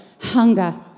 hunger